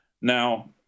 now